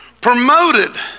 Promoted